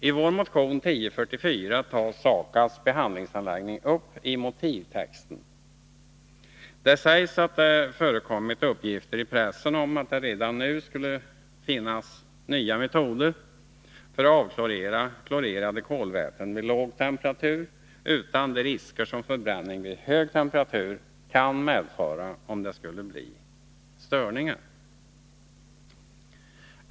I vår motion 1044 tas SAKAB:s behandlingsanläggning upp i motivtexten. Där sägs att det förekommit uppgifter i pressen om att det redan nu skulle finnas nya metoder för att avklorera klorerade kolväten vid låg temperatur utan de risker som förbränning vid hög temperatur kan medföra, om det skulle bli störningar.